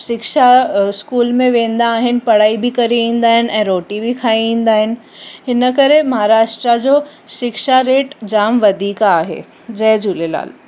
शिक्षा स्कूल में वेंदा आहिनि पढ़ाई बि करे ईंदा आइनि ऐं रोटी बि खाई ईंदा आहिनि हिन करे महाराष्ट्र जो शिक्षा रेट जाम वधीक आहे जय झूलेलाल